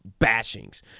bashings